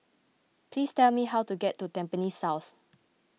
please tell me how to get to Tampines South